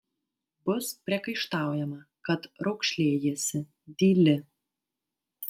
bus priekaištaujama kad raukšlėjiesi dyli